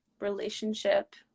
relationship